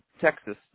Texas